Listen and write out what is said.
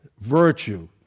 virtue